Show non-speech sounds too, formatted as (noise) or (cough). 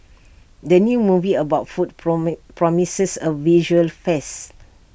the new movie about food (unintelligible) promises A visual feast